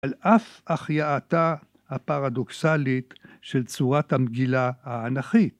על אף החייאתה הפרדוקסלית של צורת המגילה האנכי.